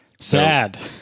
Sad